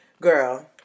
Girl